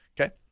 Okay